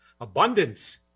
abundance